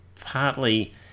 partly